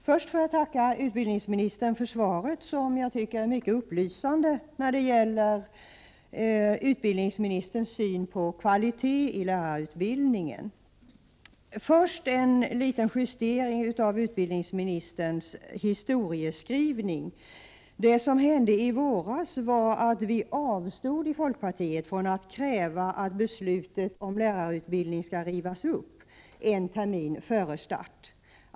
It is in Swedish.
Herr talman! Jag får tacka utbildningsministern för svaret, som jag tycker är mycket upplysande när det gäller utbildningsministerns syn på kvalitet i lärarutbildningen. Först vill jag dock göra en liten justering av utbildningsministerns historieskrivning. I våras avstod vi i folkpartiet från att kräva att beslutet om lärarutbildning skulle rivas upp en termin före start.